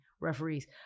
referees